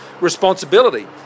responsibility